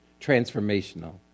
transformational